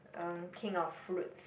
um king of fruits